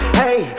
hey